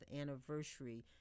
anniversary